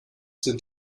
sind